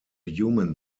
human